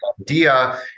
idea